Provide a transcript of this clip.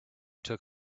took